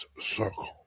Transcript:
circle